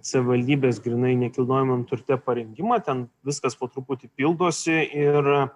savivaldybės grynai nekilnojamam turte parengimą ten viskas po truputį pildosi ir